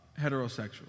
heterosexual